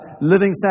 living